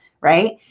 right